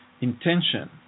intention